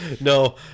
No